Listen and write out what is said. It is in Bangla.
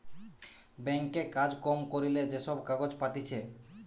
ব্যাঙ্ক এ কাজ কম করিলে যে সব কাগজ পাতিছে